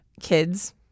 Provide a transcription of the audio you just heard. kids